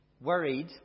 worried